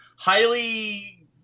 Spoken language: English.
Highly